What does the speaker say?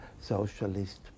Socialist